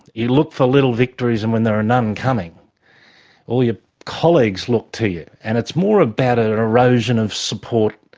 you look for little victories, and when there are none coming all your colleagues look to you, and it's more about an erosion of support,